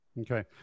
okay